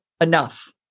enough